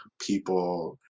people